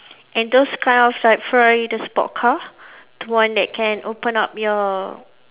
and those kind of like Ferrari the sport car the one that can open up your